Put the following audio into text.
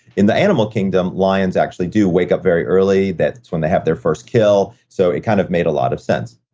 in the animal kingdom, lions actually do wake up very early. that's when they have their first kill. so, it kind of made a lot of sense.